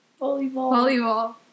Volleyball